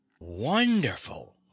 Wonderful